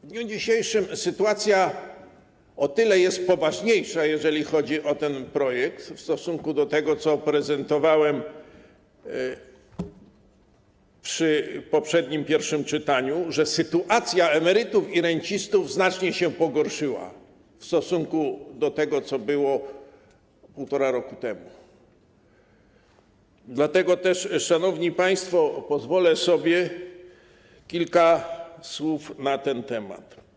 W dniu dzisiejszym sytuacja jest o tyle poważniejsza, jeżeli chodzi o ten projekt, w stosunku do tego, co prezentowałem przy poprzednim pierwszym czytaniu, że sytuacja emerytów i rencistów znacznie się pogorszyła odnośnie do tego, co było półtora roku temu, dlatego też, szanowni państwo, pozwolę sobie powiedzieć kilka słów na ten temat.